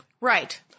right